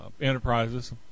enterprises